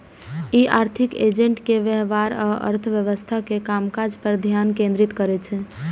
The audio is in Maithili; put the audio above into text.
ई आर्थिक एजेंट के व्यवहार आ अर्थव्यवस्था के कामकाज पर ध्यान केंद्रित करै छै